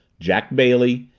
jack bailey,